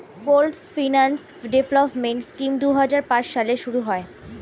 pooled finance development scheme দুই হাজার পাঁচ সালে শুরু হয়